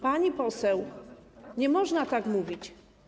Pani poseł, nie można tak mówić.